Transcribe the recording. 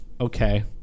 okay